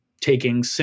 taking